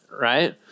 right